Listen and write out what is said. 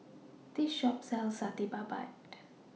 This Shop sells Satay Babat